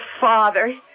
father